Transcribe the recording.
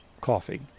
coffee